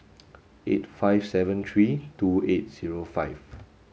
eight five seven three two eight zero five